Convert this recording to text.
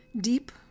Deep